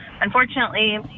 unfortunately